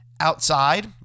outside